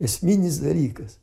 esminis dalykas